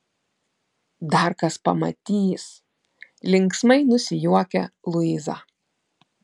dar kas pamatys linksmai nusijuokia luiza